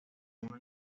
una